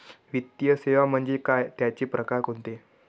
वित्तीय सेवा म्हणजे काय? त्यांचे प्रकार कोणते?